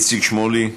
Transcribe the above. איציק שמולי,